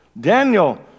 Daniel